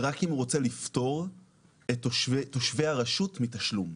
רק אם הוא רוצה לפטור את תושבי הרשות מתשלום,